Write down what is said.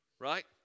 right